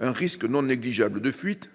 un risque non négligeable de fuite,